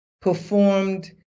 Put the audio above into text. performed